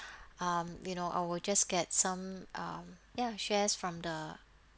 um you know I will just get some um ya shares from the